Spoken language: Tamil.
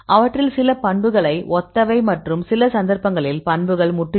அவற்றில் சில பண்புகள் ஒத்தவை மற்றும் சில சந்தர்ப்பங்களில் பண்புகள் முற்றிலும் வேறுபட்டவை